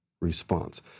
Response